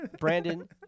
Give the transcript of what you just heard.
Brandon